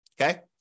Okay